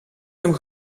hem